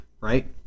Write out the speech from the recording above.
right